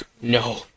No